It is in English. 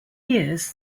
years